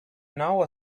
know